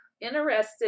interested